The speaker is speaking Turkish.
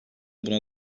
buna